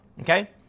Okay